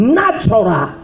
natural